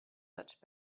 much